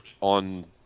on